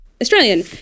Australian